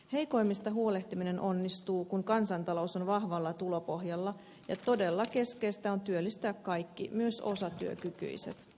heikoimmista huolehtiminen onnistuu kun kansantalous on vahvalla tulopohjalla ja todella keskeistä on työllistää kaikki myös osatyökykyiset